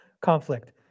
conflict